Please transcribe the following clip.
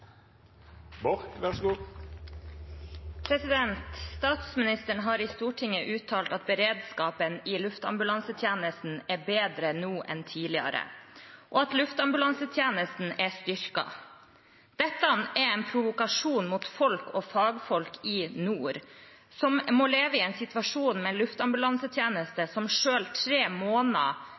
har i Stortinget uttalt at beredskapen i luftambulansetjenesten er bedre nå enn tidligere, og at luftambulansetjenesten er styrket. Dette er en provokasjon mot folk og fagfolk i nord, som må leve i situasjonen med en luftambulansetjeneste som selv tre måneder